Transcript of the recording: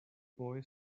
boy